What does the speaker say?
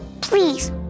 Please